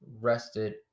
rested